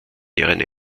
deren